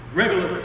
regular